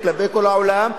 כלפי כל העולם,